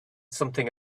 something